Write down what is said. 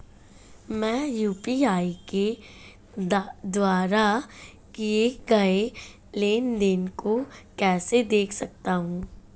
मैं यू.पी.आई के द्वारा किए गए लेनदेन को कैसे देख सकता हूं?